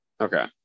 Okay